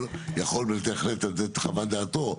יכול בהחלט לתת את חוות דעתו,